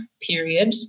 period